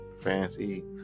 fancy